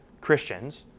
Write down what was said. Christians